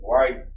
Right